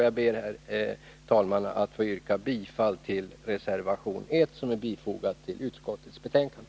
Jag ber, herr talman, att få yrka bifall till reservation 1, som är fogad till utskottets betänkande.